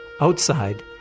Outside